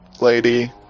lady